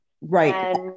Right